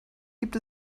gibt